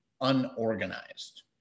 unorganized